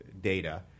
data